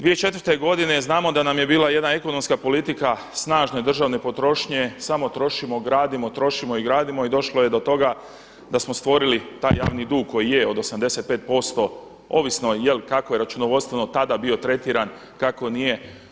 2004. godine znamo da nam je bila jedna ekonomska politika snažene državne potrošnje samo trošimo, gradimo, trošimo i gradimo i došlo je do toga sa smo stvorili taj javni dug koji je od 85% ovisno kakvo je računovodstveno tada bio tretiran, kako nije.